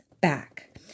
back